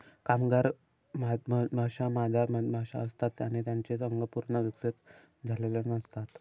कामगार मधमाश्या मादा मधमाशा असतात आणि त्यांचे अंग पूर्ण विकसित झालेले नसतात